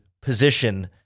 position